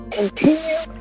continue